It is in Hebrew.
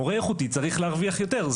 מורה איכותי צריך להרוויח יותר.